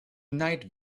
night